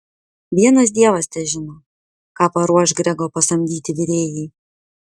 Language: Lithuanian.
vienas dievas težino ką paruoš grego pasamdyti virėjai